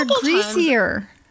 greasier